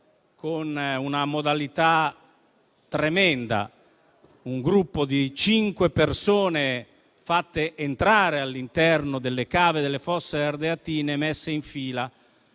con una modalità tremenda: gruppi di cinque persone venivano fatte entrare all'interno delle cave delle Fosse Ardeatine, messe in fila